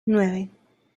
nueve